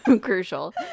crucial